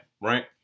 right